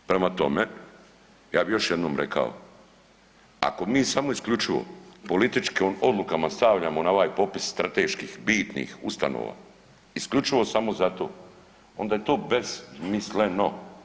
Prema tome, ja bi još jednom rekao, ako mi samo isključivo političkim odlukama stavljamo na ovaj popis strateških bitnih ustanova, isključivo samo za to onda je to besmisleno.